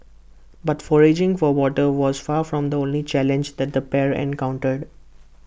but foraging for water was far from the only challenge that the pair encountered